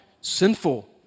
sinful